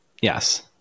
Yes